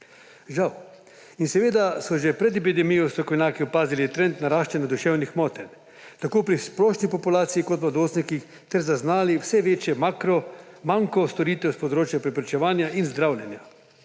žal. Seveda so že pred epidemijo strokovnjaki opazili trend naraščanja duševnih motenj tako pri splošni populaciji kot mladostnikih ter zaznali vse večji manko storitev s področja preprečevanja in zdravljenja.